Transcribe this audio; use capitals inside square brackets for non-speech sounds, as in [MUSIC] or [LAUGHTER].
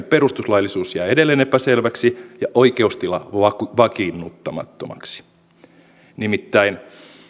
[UNINTELLIGIBLE] perustuslaillisuus jää edelleen epäselväksi ja oikeustila vakiinnuttamattomaksi nimittäin